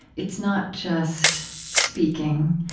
it's not just speaking,